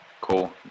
Cool